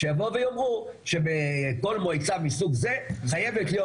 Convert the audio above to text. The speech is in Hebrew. שיבואו ויאמרו שבכל מועצה מסוג זה חייבת להיות